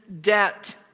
debt